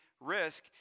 Risk